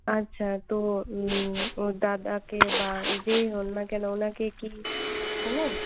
আচ্ছা তো ওর দাদাকে বা যেই হন না কেন ওনাকে কি চেনে